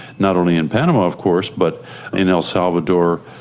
not only in panama of course but in el salvador,